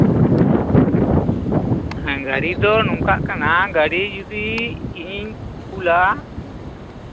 ᱦᱮᱸ ᱜᱟᱹᱲᱤ ᱫᱚ ᱱᱚᱝᱠᱟᱜ ᱠᱟᱱᱟ ᱜᱟᱹᱲᱤ ᱡᱩᱫᱤ ᱤᱧᱤᱧ ᱠᱩᱞᱟ